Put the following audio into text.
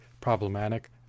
problematic